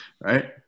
right